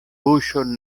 buŝon